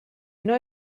know